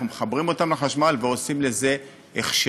אנחנו מחברים אותם לחשמל ועושים לזה הכשר.